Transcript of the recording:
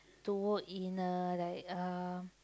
to work in uh like uh